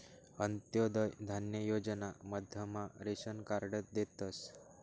अंत्योदय धान्य योजना मधमा रेशन कार्ड देतस